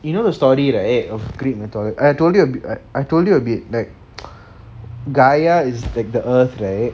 you know the story right of greek mythology I told you I told you a bit like gaia is like the earth right